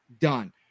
done